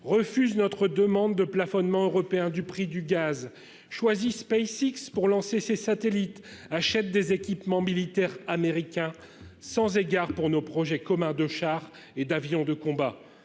refuse notre demande de plafonnement européen du prix du gaz choisi SpaceX pour lancer ses satellites achète des équipements militaires américains sans égard pour nos projets communs de chars et d'avions de combat